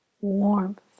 warmth